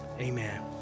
Amen